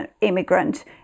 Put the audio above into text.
immigrant